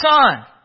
son